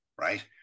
right